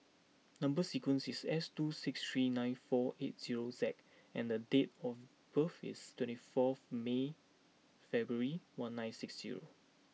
number sequence is S two six three nine four eight zero Z and the date of birth is twenty four me February one nine six zero